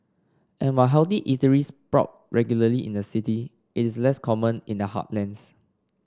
and while healthy eateries sprout regularly in the city is less common in the heartlands